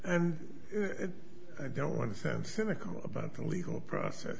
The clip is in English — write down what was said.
and i don't want to send cynical about the legal process